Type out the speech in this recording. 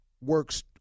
works